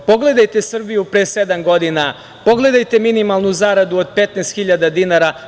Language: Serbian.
Pogledajte Srbiju pre sedam godina, pogledajte minimalnu zaradu od 15 hiljada dinara.